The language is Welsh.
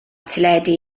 teledu